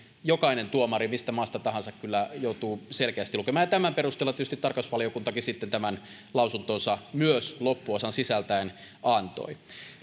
jokainen tuomari mistä maasta tahansa kyllä joutuu selkeästi lukemaan ja tämän perusteella tietysti tarkastusvaliokuntakin tämän lausuntonsa myös loppuosan sisältäen antoi